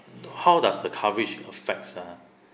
how does the coverage affects ah